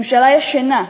ממשלה ישנה.